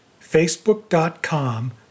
facebook.com